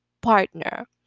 partner